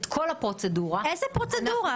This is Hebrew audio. את כל הפרוצדורה --- איזה פרוצדורה?